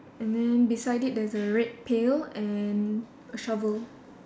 and then beside it there's a red pail and a shovel